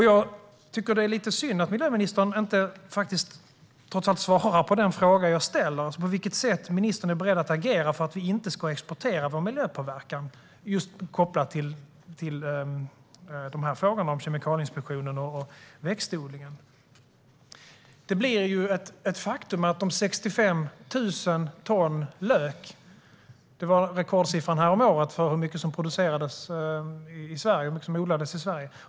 Jag tycker att det är lite synd att miljöministern trots allt inte svarar på den fråga jag ställer, det vill säga på vilket sätt ministern är beredd att agera för att vi inte ska exportera vår miljöpåverkan just kopplat till dessa frågor om Kemikalieinspektionen och växtodlingen. Rekordsiffran härom året för hur mycket lök som odlades i Sverige var 65 000 ton.